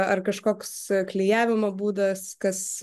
ar kažkoks klijavimo būdas kas